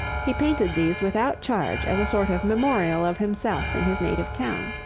he painted these without charge as a sort of memorial of himself in his native town.